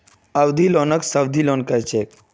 अवधि लोनक सावधि लोन कह छेक